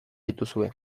dituzue